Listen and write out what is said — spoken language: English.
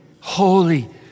holy